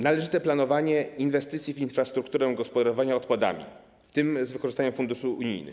Należyte planowanie inwestycji w infrastrukturę gospodarowania odpadami, w tym z wykorzystaniem funduszy unijnych.